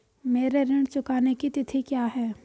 मेरे ऋण चुकाने की तिथि क्या है?